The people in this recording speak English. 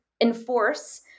enforce